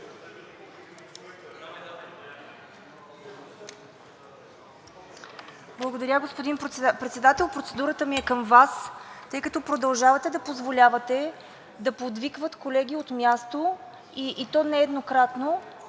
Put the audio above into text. Благодаря, господин Председател. Процедурата ми е към Вас, тъй като продължавате да позволявате да подвикват колеги от място, и то нееднократно,